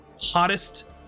hottest